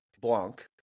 Blanc